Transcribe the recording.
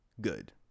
good